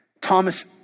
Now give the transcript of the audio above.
Thomas